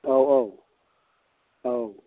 औ औ